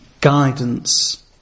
guidance